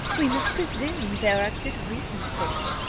we must presume there are good reasons for it,